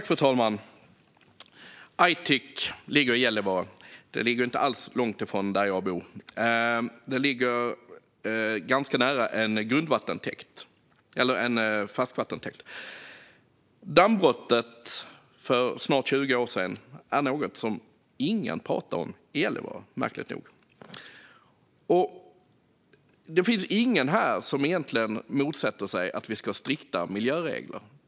Fru talman! Aitik ligger i Gällivare, inte alls långt från där jag bor. Det ligger ganska nära en färskvattentäkt. Dammbrottet för snart 20 år sedan är något som ingen talar om i Gällivare, märkligt nog. Det finns egentligen ingen här som motsätter sig att vi ska ha strikta miljöregler.